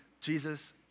Jesus